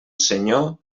senyor